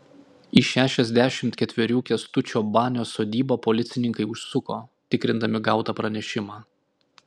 į šešiasdešimt ketverių kęstučio banio sodybą policininkai užsuko tikrindami gautą pranešimą